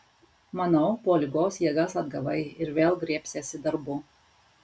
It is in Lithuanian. manau po ligos jėgas atgavai ir vėl griebsiesi darbų